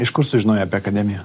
iš kur sužinojai apie akademiją